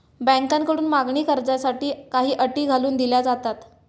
बँकांकडून मागणी कर्जासाठी काही अटी घालून दिल्या जातात